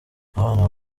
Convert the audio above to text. abana